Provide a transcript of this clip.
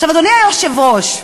אדוני היושב-ראש,